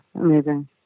amazing